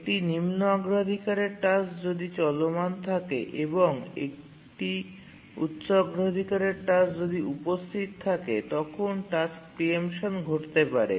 একটি নিম্ন অগ্রাধিকারের টাস্ক যদি চলমান থাকে এবং একটি উচ্চ অগ্রাধিকারের টাস্ক যদি উপস্থিত থাকে তখন টাস্ক প্রি এম্পশন ঘটতে পারে